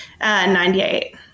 Ninety-eight